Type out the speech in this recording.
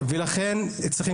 לכן, צריכים